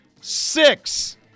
Six